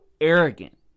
arrogant